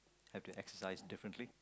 had to exercise differently